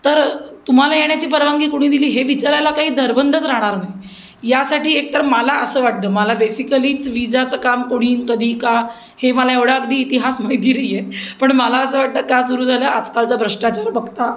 तर तुम्हाला येण्याची परवानगी कोणी दिली हे विचारायला काही धरबंधच राहणार नाही यासाठी एकतर मला असं वाटतं मला बेसिकलीच विजाचं काम कोणी कधी का हे मला एवढ्या अगदी इतिहास माहिती नाही आहे पण मला असं वाटतं का सुरू झालं आजकालचा भ्रष्टाचार बघता